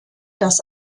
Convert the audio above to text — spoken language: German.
das